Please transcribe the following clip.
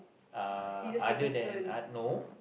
uh other than uh no